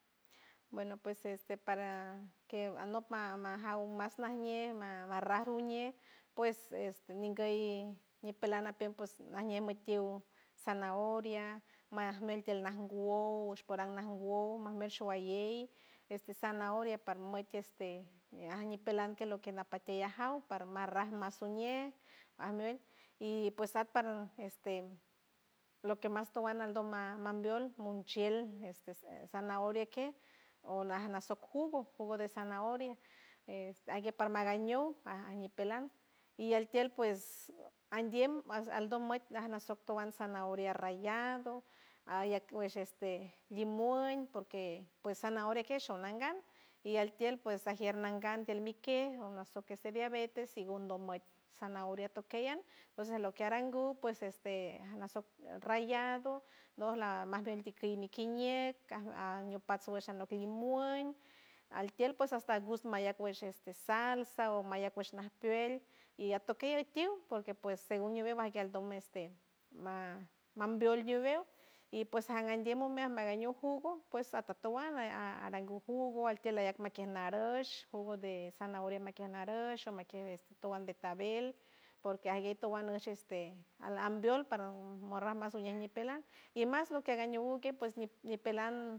Bueno pues este para que anok ma majaur mas najñe ma marrar uñe pues este ninguey nipeland a tiempo najñe mutiel zanahoria mag mel tield najwow ash porango najwouw mash mel shugayei este zanahoria parmoit este aij ñipelanque loque napati yajauw para marrar masuñe amelt y pues art para este loque mas towand mas mambiold monchield ste zanahorai que o laj nasoc jugo jugo de zanahoria este ajguey par magaño ar ñipeland y eltield pues andield aldolmat nasoc towand zanahoria rayado hay acguash este yimon porque pues zanahoria que shonangal y altield pues ajier nangan tielmikiel o anosoquec diabetes sigun donman zanahorai tokeyay entonces lo que arangu pues este nasoc rayado nolac magenti kir mi kiñield cajlak ñopat gueshan noc lumuey altielpo hasta gush maya cuesh este salsa o mayacush najpiel y atokey akiul porque pues según ñiweu aldome este ma mambiold ñubeu y pues agandie momian magaño jugo pues atotowan arangu jugo altield ayac maqui narosh jugo de zanahoria maquia narosho maquiel de togan betabel porque aguey towan osheste al ambiold paran mordar maso niñin pelan y mas lo que agañuque pues nipeland.